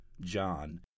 John